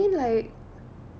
ya I mean like